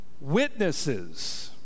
witnesses